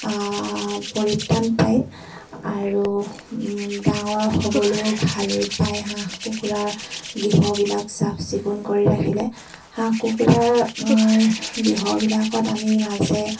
পৰিত্ৰাণ পায় আৰু ডাঙৰ হ'বলৈও ভাল পায় হাঁহ কুকুৰাৰ গৃহবিলাক চাফ চিকুণ কৰি ৰাখিলে হাঁহ কুকুৰাৰ গৃহবিলাকত আমি মাজে